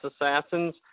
Assassins